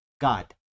God